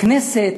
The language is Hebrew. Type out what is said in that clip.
הכנסת